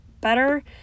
better